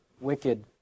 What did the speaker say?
wicked